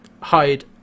hide